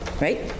Right